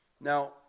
Now